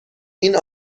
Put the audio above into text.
این